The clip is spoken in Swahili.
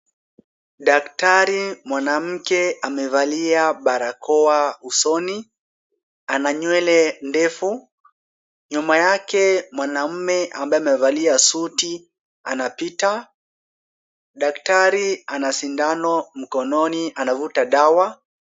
Daktari mwanamke amevalia barakoa usoni, ana nywele ndefu. Nyuma yake mwanamme ambaye amevalia suti anapita. Daktari ana sindano mkononi anavuta dawa.